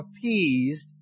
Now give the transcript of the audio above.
appeased